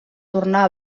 tornar